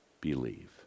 believe